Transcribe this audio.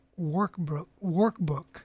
workbook